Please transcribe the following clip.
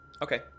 Okay